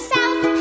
South